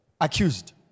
Accused